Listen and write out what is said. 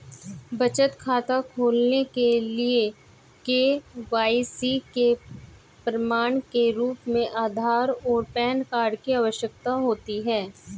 बचत खाता खोलने के लिए के.वाई.सी के प्रमाण के रूप में आधार और पैन कार्ड की आवश्यकता होती है